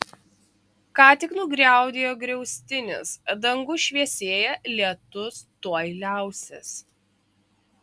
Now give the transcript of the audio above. ką tik nugriaudėjo griaustinis dangus šviesėja lietus tuoj liausis